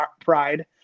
pride